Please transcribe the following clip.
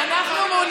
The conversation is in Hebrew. כן, אני אפריע